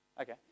Okay